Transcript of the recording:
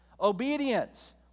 obedience